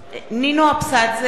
נינו אבסדזה,